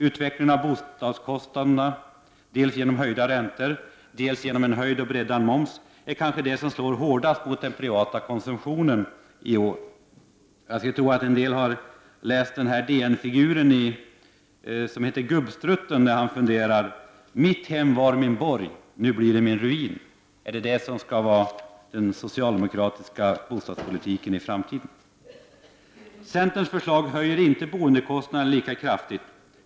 Utvecklingen av boendekostnaderna — dels genom höjda räntor, dels genom en höjd och breddad moms — är kanske det som slår hårdast mot den privata konsumtionen i år. Jag skulle tro att många känner igen DN-figuren som heter Gubbstrutten och har läst hans fundering: ”Mitt hem var min borg. Nu blir det min ruin.” Är det detta som skall vara den socialdemokratiska bostadspolitiken i framtiden? Centerns förslag höjer inte boendekostnaderna lika kraftigt.